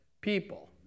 people